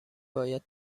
باید